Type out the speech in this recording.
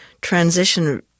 transition